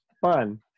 fun